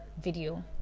video